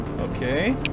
Okay